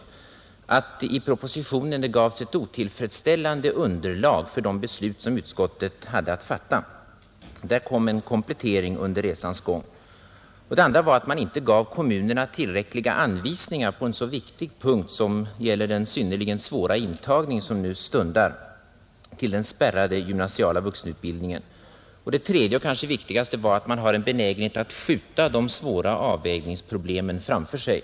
Det första var att det i propositionen gavs ett otillfredsställande underlag för de beslut som utskottet hade att fatta. Där kom en komplettering under resans gång. Det andra var att man inte gav kommunerna tillräckliga anvisningar på en så viktig punkt som beträffande den synnerligen svåra intagning som nu stundar till den spärrade gymnasiala vuxenutbildningen. Det tredje och kanske viktigaste var att man har en benägenhet att skjuta de svåra avvägningsproblemen framför sig.